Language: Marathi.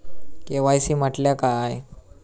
के.वाय.सी म्हटल्या काय?